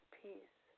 peace